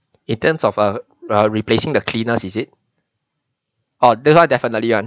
in terms of uh re~ replacing the cleaners is it oh this [one] definitely [one]